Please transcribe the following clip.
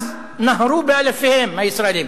אז נהרו באלפיהם, הישראלים.